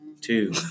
Two